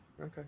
okay